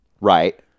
Right